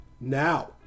Now